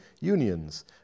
Union's